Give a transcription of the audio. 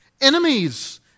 enemies